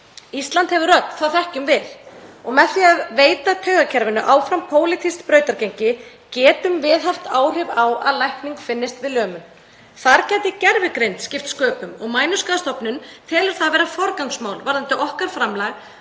Ísland hefur rödd, það þekkjum við, og með því að veita taugakerfinu áfram pólitískt brautargengi getum við haft áhrif á að lækning finnist við lömun. Þar gæti gervigreind skipt sköpum og Mænuskaðastofnun telur það vera forgangsmál varðandi okkar framlag